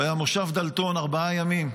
במושב דלתון, ארבעה ימים,